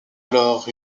alors